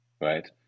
right